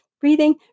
breathing